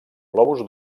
globus